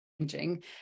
changing